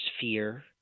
fear